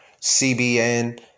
CBN